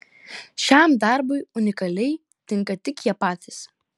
šiam darbui unikaliai tinka tik jie patys